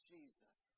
Jesus